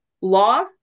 law